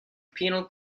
penal